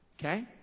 Okay